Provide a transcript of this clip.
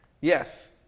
Yes